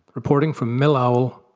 reporting from millowl,